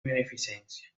beneficencia